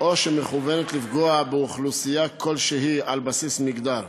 או שמכוונת לפגוע באוכלוסייה כלשהי על בסיס מגדר.